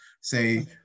say